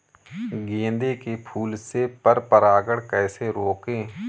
गेंदे के फूल से पर परागण कैसे रोकें?